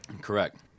Correct